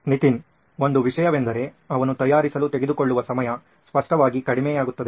ನಿತಿನ್ ಒಂದು ವಿಷಯವೆಂದರೆ ಅವನು ತಯಾರಿಸಲು ತೆಗೆದುಕೊಳ್ಳುವ ಸಮಯ ಸ್ಪಷ್ಟವಾಗಿ ಕಡಿಮೆಯಾಗುತ್ತದೆ